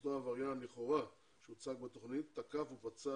אותו עבריין לכאורה שהוצג בתוכנית תקף ופצע